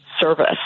service